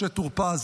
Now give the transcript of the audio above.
משה טור פז,